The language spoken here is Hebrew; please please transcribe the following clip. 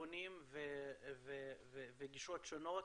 כיוונים וגישות שונות,